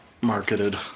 marketed